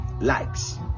likes